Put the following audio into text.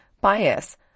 bias